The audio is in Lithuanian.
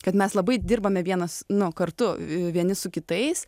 kad mes labai dirbame vienas nu kartu vieni su kitais